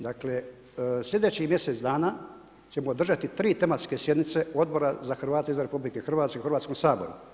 Dakle sljedećih mjesec dana ćemo održati 3 tematske sjednice Odbora za Hrvate izvan RH u Hrvatskom saboru.